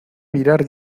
virar